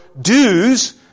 dues